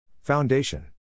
Foundation